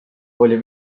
oli